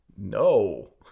no